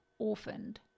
orphaned